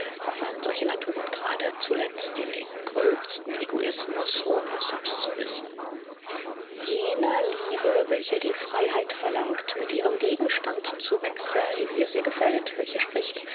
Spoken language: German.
verfallen solche naturen grade zuletzt in den gröbsten egoismus ohne es selbst zu wissen jener liebe welche die freiheit verlangt mit ihrem gegenstand zu wechseln wie es ihr gefällt welche spricht